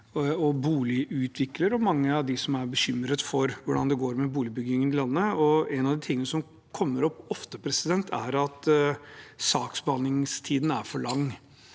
og boligutviklere – med mange av dem som er bekymret for hvordan det går med boligbyggingen i landet. En av de tingene som kommer opp ofte, er at saksbehandlingstiden er for lang,